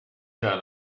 here